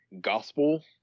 gospel